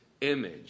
image